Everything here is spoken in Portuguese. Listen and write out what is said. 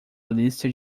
lista